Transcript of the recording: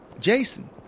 Jason